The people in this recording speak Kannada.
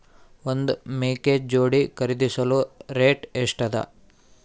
ಒಂದ್ ಮೇಕೆ ಜೋಡಿ ಖರಿದಿಸಲು ರೇಟ್ ಎಷ್ಟ ಅದ?